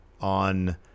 on